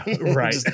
right